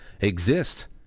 exist